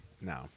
No